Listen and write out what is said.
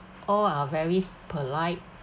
all are very polite